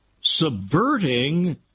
subverting